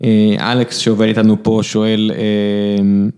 אה.. אלכס שעובד איתנו פה שואל אהמ..